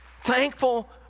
Thankful